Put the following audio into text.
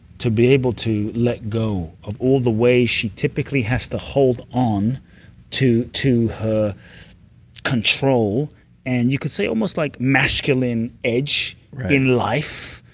to be able to let go of all the ways she typically has to hold on to to her control and you could say almost like masculine edge in life,